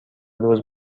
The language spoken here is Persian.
روز